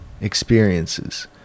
experiences